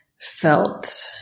felt